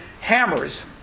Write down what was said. hammers